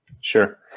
Sure